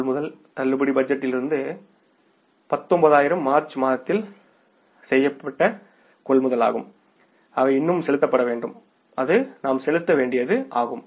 கொள்முதல் தள்ளுபடி பட்ஜெட்டில் இருந்து 19000 மார்ச் மாதத்தில் செய்யப்பட்ட கொள்முதல் ஆகும் அவை இன்னும் செலுத்தப்பட வேண்டும் அது நாம் செலுத்த வேண்டியது ஆகும்